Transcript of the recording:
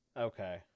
Okay